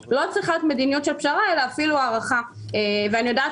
זה לא צריכה להיות מדיניות של פשרה אלא אפילו הערכה ואני יודעת